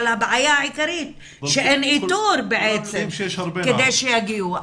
אבל הבעיה העיקרית שאין איתור בעצם כדי שיגיעו,